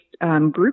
group